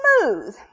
smooth